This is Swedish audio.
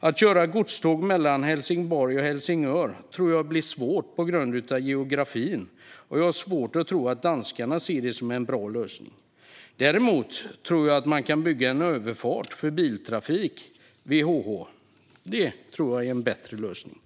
Att köra godståg mellan Helsingborg och Helsingör tror jag blir svårt på grund av geografin, och jag har svårt att tro att danskarna ser det som en bra lösning. Däremot tror jag att man kan bygga en överfart för biltrafik mellan Helsingborg och Helsingör. Det vore en bättre lösning.